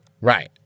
right